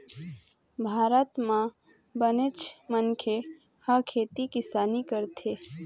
भारत म बनेच मनखे ह खेती किसानी करथे